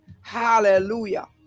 Hallelujah